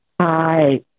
Hi